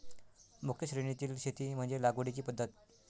मुक्त श्रेणीतील शेती म्हणजे लागवडीची पद्धत